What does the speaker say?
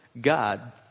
God